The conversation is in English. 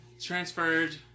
Transferred